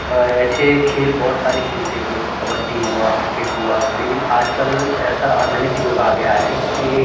और ऐसे खेल बहुत सारे खेलते थे कबड्डी हुआ क्रिकेट हुआ लेकिन आज कल ऐसा आधुनिक युग आ गया है कि